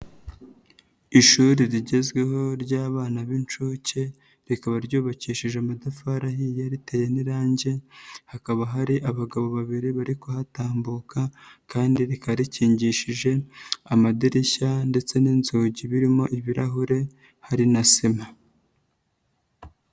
Ishuri rigezweho ry'abana b'inshuke rikaba ryubakishije amatafari ahiye riteye n'irangi, hakaba hari abagabo babiri bari kuhatambuka kandi rikaba rikingishije amadirishya ndetse n'inzugi ririmo ibirahure hari na sima.